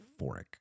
euphoric